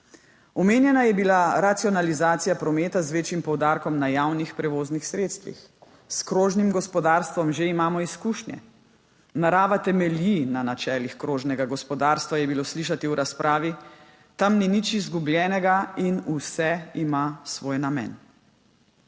Omenjena je bila racionalizacija prometa z večjim poudarkom na javnih prevoznih sredstvih. S krožnim gospodarstvom že imamo izkušnje. Narava temelji na načelih krožnega gospodarstva, je bilo slišati v razpravi, tam ni nič izgubljenega in vse ima svoj namen.